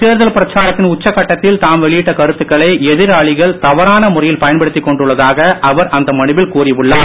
தேர்தல் பிரச்சாரத்தின் உச்சக்கட்டத்தில் தாம் வெளியிட்ட கருத்துக்களை எதிராளிகள் தவறான முறையில் பயன்படுத்திக் கொண்டுள்ளதாக அவர் அந்த மனுவில் கூறி உள்ளார்